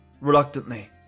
reluctantly